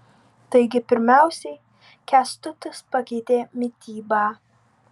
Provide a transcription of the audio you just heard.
taigi pirmiausiai kęstutis pakeitė mitybą